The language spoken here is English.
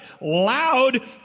Loud